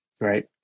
Right